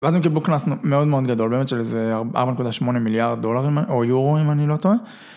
ואז הם קיבלו קנס מאוד מאוד גדול, באמת של איזה 4.8 מיליארד דולרים, או יורו אם אני לא טועה.